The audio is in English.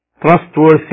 trustworthy